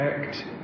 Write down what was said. act